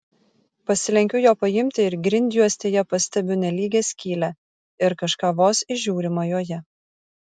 pasilenkiu jo paimti ir grindjuostėje pastebiu nelygią skylę ir kažką vos įžiūrima joje